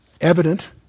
evident